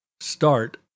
Start